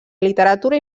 literatura